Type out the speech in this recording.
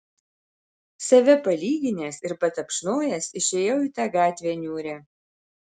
save palyginęs ir patapšnojęs išėjau į tą gatvę niūrią